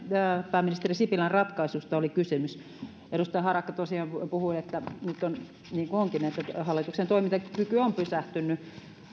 pääministeri sipilän ratkaisusta oli kysymys edustaja harakka tosiaan puhui että nyt on niin niin kuin onkin että hallituksen toimintakyky on pysähtynyt